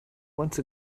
once